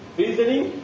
reasoning